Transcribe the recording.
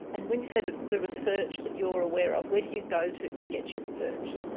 and when you say the the research that you're aware of, where do you go to to get your research?